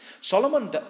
Solomon